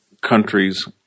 countries